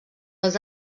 els